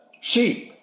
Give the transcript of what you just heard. sheep